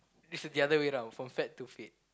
this is the other way round from fat to fit